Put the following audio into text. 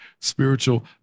spiritual